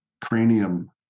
cranium